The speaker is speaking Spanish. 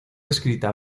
escrita